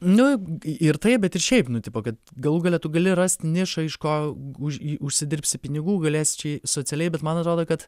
nu ir taip bet ir šiaip nu tipo kad galų gale tu gali rast nišą iš ko už užsidirbsi pinigų gailėsi čia socialiai bet man atrodo kad